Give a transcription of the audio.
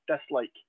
dislike